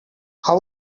how